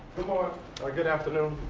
or or good afternoon.